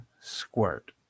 squirt